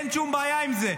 אין שום בעיה עם זה.